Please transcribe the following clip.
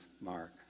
mark